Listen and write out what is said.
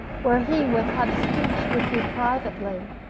where he would have speech with you privately.